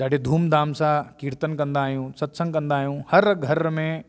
ॾाढी धूम धाम सां कीर्तन कंदा आहियूं सत्संगु कंदा आहियूं हर घर में